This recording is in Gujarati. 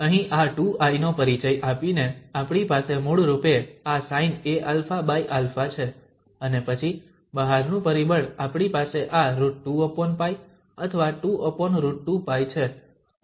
તેથી અહીં આ 2i નો પરિચય આપીને આપણી પાસે મૂળરૂપે આ sinaαα છે અને પછી બહારનું પરિબળ આપણી પાસે આ √2π અથવા 2√2π છે